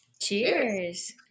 Cheers